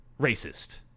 racist